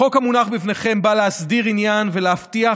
החוק המונח בפניכם בא להסדיר עניין ולהבטיח